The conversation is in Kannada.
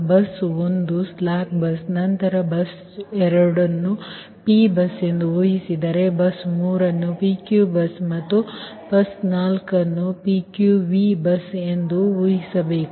ಬಸ್ 1 ಸ್ಲಾಕ್ ಬಸ್ ನಂತರ ಬಸ್ 2 ಅನ್ನು Pಬಸ್ ಎಂದು ಊಹಿಸಿದರೆ ಬಸ್ 3ಯನ್ನು PQ ಬಸ್ ಮತ್ತು ಬಸ್ 4 ಅನ್ನು PQV ಬಸ್ ಎಂದು ನಾವು ಊಹಿಸಬೇಕು